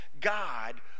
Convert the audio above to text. God